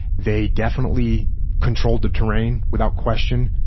they definitely controlled the terrain, without question.